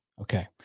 Okay